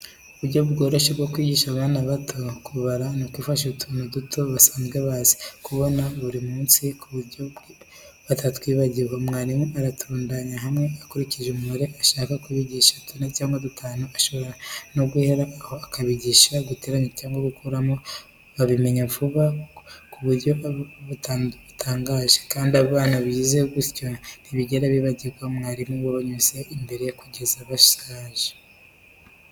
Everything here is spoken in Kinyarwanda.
Uburyo bworoshye bwo kwigisha abana bato kubara ni ukwifashisha utuntu duto basanzwe bazi, babona buri munsi ku buryo batatwibagirwa. Mwarimu aturundanya hamwe akurikije umubare ashaka kwigisha, tune cyangwa dutanu, ashobora no guhera aho akabigisha guteranya cyangwa gukuramo, babimenya vuba mu buryo butangaje, kandi abana bize gutyo ntibigera bibagirwa mwarimu wabanyuze imbere kugeza na bo bashaje.